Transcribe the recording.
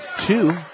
two